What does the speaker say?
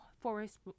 forest